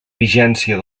vigència